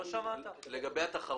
את רוצה לשמוע לגבי התחרות?